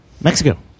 Mexico